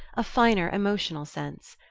a finer emotional sense.